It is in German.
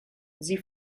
sie